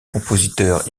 compositeur